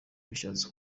bishatse